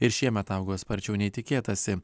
ir šiemet augo sparčiau nei tikėtasi